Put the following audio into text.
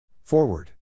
Forward